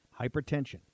Hypertension